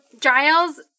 Giles